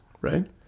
right